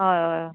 हय हय